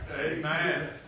Amen